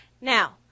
Now